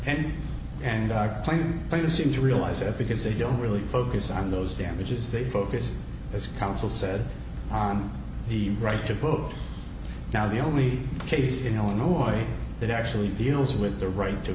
and and are playing by the seem to realize it because they don't really focus on those damages they focus as counsel said on the right to vote now the only case in illinois that actually deals with the right to